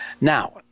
Now